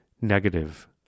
negative